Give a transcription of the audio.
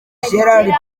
gérard